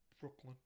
Brooklyn